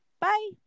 Bye